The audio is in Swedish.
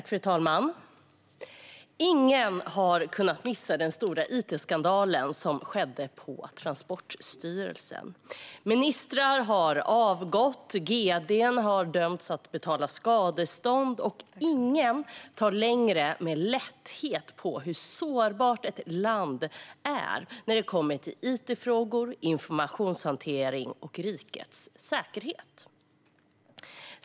Fru talman! Ingen har kunnat missa den stora it-skandalen som skedde på Transportstyrelsen. Ministrar har avgått, gd:n har dömts att betala skadestånd och ingen tar längre med lätthet på hur sårbart ett land är när det kommer till it-frågor, informationshantering och rikets säkerhet.